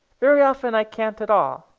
very often i can't at all.